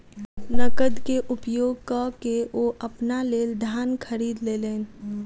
नकद के उपयोग कअ के ओ अपना लेल धान खरीद लेलैन